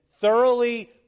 thoroughly